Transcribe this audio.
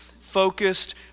focused